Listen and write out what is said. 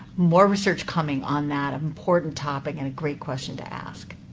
more research coming on that important topic and a great question to ask.